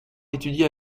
étudier